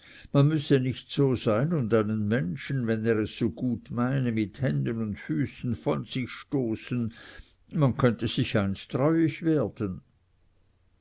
man müsse nicht so sein und einen menschen wenn er es so gut meine mit händen und füßen von sich stoßen man könnte sich einst reuig werden